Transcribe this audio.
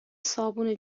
صابون